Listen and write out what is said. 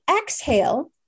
exhale